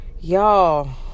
y'all